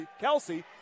Kelsey